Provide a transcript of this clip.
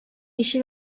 eşi